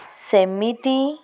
ସେମିତି